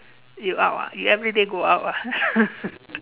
you out ah you everyday go out ah